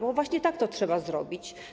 Bo właśnie tak to trzeba zrobić.